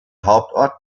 hauptort